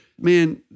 man